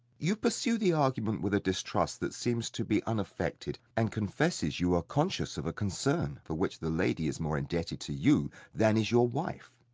you pursue the argument with a distrust that seems to be unaffected, and confesses you are conscious of a concern for which the lady is more indebted to you than is your wife.